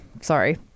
Sorry